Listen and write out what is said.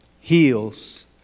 heals